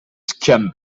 can